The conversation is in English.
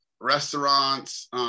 restaurants